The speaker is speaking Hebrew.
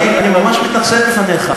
אני ממש מתנצל בפניך,